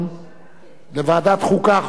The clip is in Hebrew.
לדיון מוקדם בוועדת החוקה,